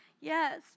Yes